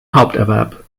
haupterwerb